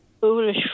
foolish